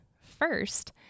First